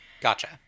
Gotcha